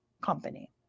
company